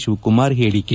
ಶಿವಕುಮಾರ್ ಹೇಳಿಕೆ